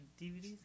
DVDs